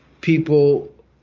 people